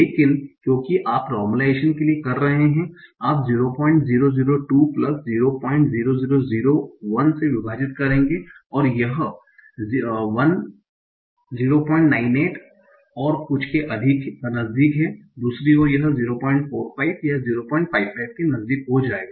लेकिन क्योंकि आप नार्मलाइजेशन के लिए कर रहे हैं आप 0002 प्लस 00001 से विभाजित करेंगे और यह 1 098 और कुछ के नजदीक है दूसरी ओर यह 045 या 055 के नजदीक हो जाएगा